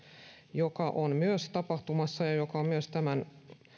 joka myös on tapahtumassa ja joka on myös tämän